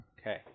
Okay